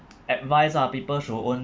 advise lah people should own